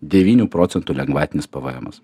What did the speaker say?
devynių procentų lengvatinis pvmas